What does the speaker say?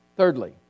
Thirdly